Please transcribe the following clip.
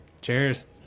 Cheers